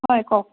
হয় কওক